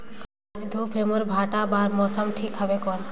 आज धूप हे मोर भांटा बार मौसम ठीक हवय कौन?